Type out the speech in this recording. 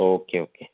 okay okay